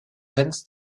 fans